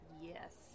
Yes